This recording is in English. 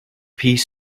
piece